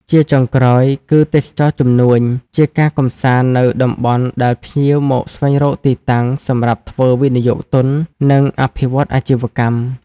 ជាចុងក្រោយ គឺទេសចរណ៍ជំនួញ ជាការកំសាន្តនៅតំបន់ដែលភ្ញៀវមកស្វែងរកទីតាំងសម្រាប់ធ្វើវិយោគទុន និងអភិវឌ្ឍអាជីវកម្ម។